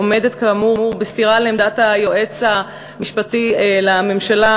עומדת כאמור בסתירה לעמדת היועץ המשפטי לממשלה,